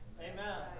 Amen